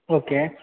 okay